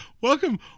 Welcome